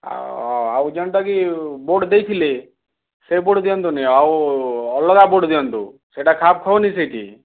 ଆଉ ଯେମନ୍ତା କି ବୋର୍ଡ଼ ଦେଇଥିଲେ ସେ ବୋର୍ଡ଼ ଦିଅନ୍ତୁନି ଆଉ ଅଲଗା ବୋର୍ଡ଼ ଦିଅନ୍ତୁ ସେଇଟା କାହା ଫୋନ୍ ସେଇଠି